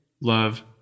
love